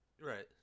Right